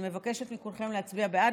אני מבקשת מכולכם להצביע בעד.